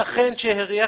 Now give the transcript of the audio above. השכן שהריח,